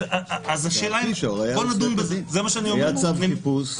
כי היה צו חיפוש.